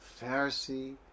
Pharisee